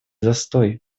застой